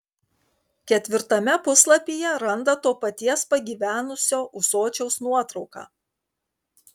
ketvirtame puslapyje randa to paties pagyvenusio ūsočiaus nuotrauką